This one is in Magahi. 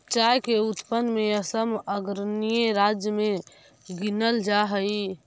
चाय के उत्पादन में असम अग्रणी राज्य में गिनल जा हई